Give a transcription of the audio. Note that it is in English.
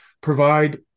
provide